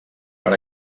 per